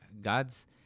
God's